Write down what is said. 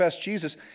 Jesus